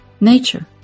nature